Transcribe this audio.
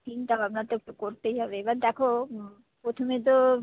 চিন্তা ভাবনা তো একটু করতেই হবে এবার দেখো প্রথমে তো